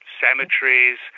cemeteries